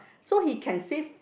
so he can save